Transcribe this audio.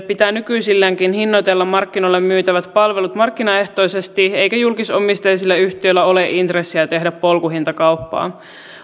pitää nykyiselläänkin hinnoitella markkinoilla myytävät palvelut markkinaehtoisesti eikä julkisomisteisilla yhtiöillä ole intressiä tehdä polkuhintakauppaa